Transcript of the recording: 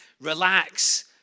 relax